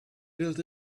built